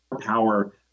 power